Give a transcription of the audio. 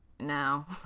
now